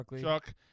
Chuck